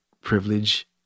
privilege